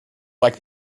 like